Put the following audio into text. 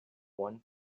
one